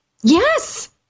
Yes